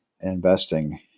investing